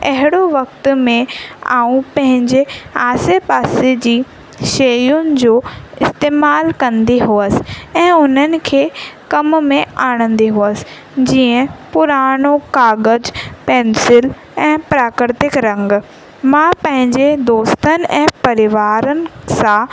अहिड़ो वक़्त में आउं पंहिंजे आसे पासे जी शयुनि जो इस्तेमालु कंदी हुअसि ऐं उन्हनि खे कम में आणींदी हुअसि जीअं पुराणो काग़ज़ु पेंसिल ऐं प्राक्रतिक रंग मां पंहिंजे दोस्तनि ऐं परिवारनि सां